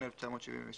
אני מתקין תקנות